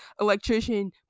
electrician